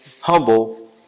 humble